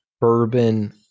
bourbon